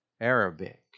Arabic